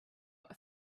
are